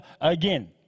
again